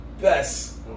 best